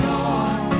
Lord